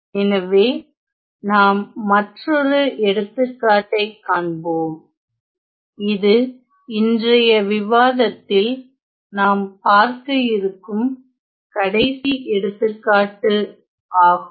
எனவே நாம் மற்றொரு எடுத்துக்காட்டை காண்போம் இது இன்றைய விவாதத்தில் நாம் பார்க்க இருக்கும் கடைசி எடுத்துக்காட்டு ஆகும்